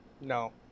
No